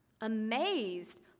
amazed